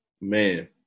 man